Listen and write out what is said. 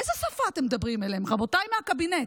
באיזו שפה אתם מדברים אליהם, רבותיי מהקבינט?